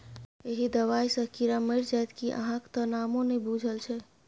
एहि दबाई सँ कीड़ा मरि जाइत कि अहाँक त नामो नहि बुझल छै